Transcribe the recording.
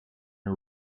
n’a